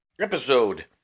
episode